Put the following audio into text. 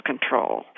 control